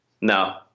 No